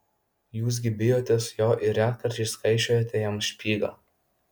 jūs gi bijotės jo ir retkarčiais kaišiojate jam špygą